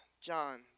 John